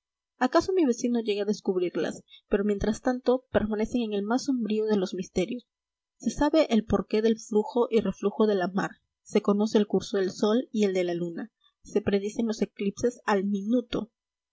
acaso mi vecino llegue a descubrirlas pero mientras tanto permanecen en el más sombrío de los misterios se sabe el porqué del flujo y reflujo de la mar se conoce el curso del sol y el de la luna se predicen los eclipses al minuto